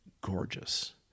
gorgeous